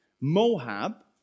Moab